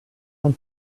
and